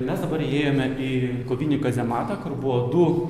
mes dabar įėjome į kovinį kazematą kur buvo du